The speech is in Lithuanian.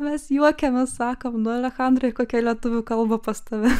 mes juokiamės sakom nu alechandrai kokia lietuvių kalba pas tave